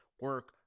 Work